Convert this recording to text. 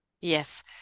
yes